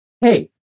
hey